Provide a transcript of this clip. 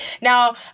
Now